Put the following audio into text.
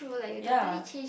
ya